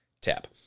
Tap